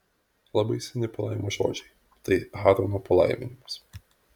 labai seni palaimos žodžiai tai aarono palaiminimas